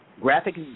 Graphic